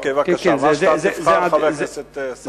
בבקשה, מה שאתה תבחר, חבר הכנסת צרצור.